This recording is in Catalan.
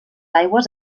aigües